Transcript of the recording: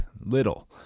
little